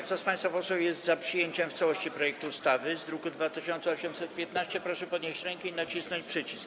Kto z państwa posłów jest za przyjęciem w całości projektu ustawy z druku nr 2815, proszę podnieść rękę i nacisnąć przycisk.